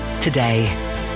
today